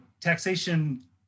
taxation